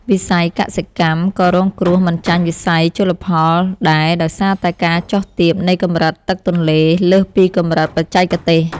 វិស័យកសិកម្មក៏រងគ្រោះមិនចាញ់វិស័យជលផលដែរដោយសារតែការចុះទាបនៃកម្រិតទឹកទន្លេលើសពីកម្រិតបច្ចេកទេស។